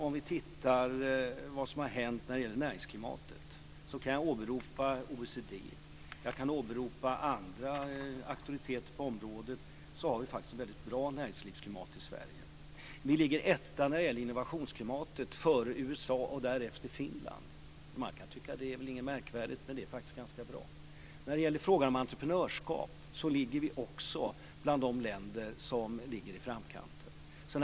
Om vi tittar på vad som har hänt när det gäller näringsklimatet så kan jag åberopa OECD och andra auktoriteter på området som anser att vi har ett mycket bra näringslivsklimat i Sverige. Vi ligger etta när det gäller innovationsklimatet, före USA och därefter Finland. Man kan tycka att det inte är så märkvärdigt, men det är faktiskt ganska bra. När det gäller entreprenörskap så finns vi också bland de länder som ligger i framkanten.